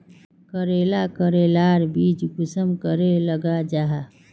करेला करेलार बीज कुंसम करे लगा जाहा?